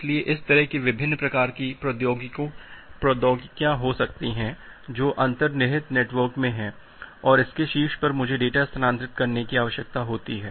इसलिए इस तरह की विभिन्न प्रकार की प्रौद्योगिकियां हो सकती हैं जो अंतर्निहित नेटवर्क में हैं और इसके शीर्ष पर मुझे डेटा स्थानांतरित करने की आवश्यकता है